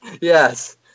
Yes